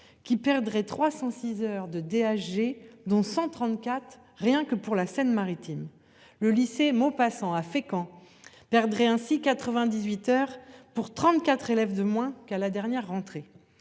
qui perdraient 306 heures de dag dont 134 rien que pour la Seine Maritime. Le lycée Maupassant à Fécamp perdrait ainsi 98 heures pour 34 élèves de moins qu'à la dernière rentrée.